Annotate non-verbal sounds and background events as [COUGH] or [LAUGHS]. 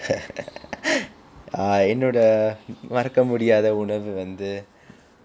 [LAUGHS] ah என்னோட மறக்க முடியாத உணவு வந்து:ennoda marakka mudiyaatha unavu vanthu